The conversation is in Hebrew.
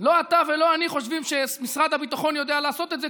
לא אתה ולא אני חושבים שמשרד הביטחון יודע לעשות את זה,